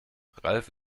ralf